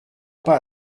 pas